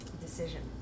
decision